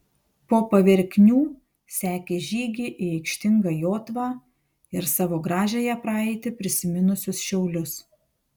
po paverknių sekė žygiai į aikštingą jotvą ir savo gražiąją praeitį prisiminusius šiaulius